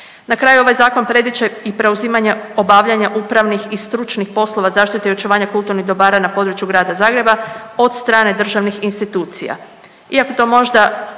Na kraju, ovaj Zakon predviđa i preuzimanje obavljanja upravnih i stručnih poslova zaštite i očuvanja kulturnih dobara na području grada Zagreba od strane državnih institucija.